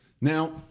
Now—